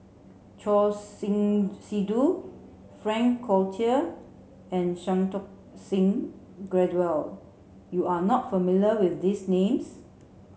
Choor Singh Sidhu Frank Cloutier and Santokh Singh Grewal you are not familiar with these names